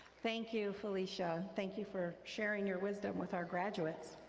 thank you felicia, thank you for sharing your wisdom with our graduates.